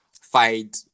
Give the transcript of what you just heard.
fight